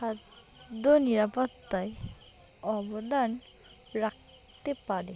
খাদ্য নিরাপত্তায় অবদান রাখতে পারে